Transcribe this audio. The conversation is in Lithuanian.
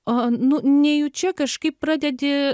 a nu nejučia kažkaip pradedi